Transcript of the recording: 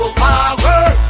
power